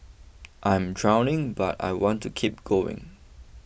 I am drowning but I want to keep going